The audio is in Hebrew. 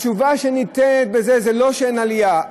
התשובה שניתנת על זה היא לא שאין עלייה,